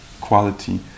quality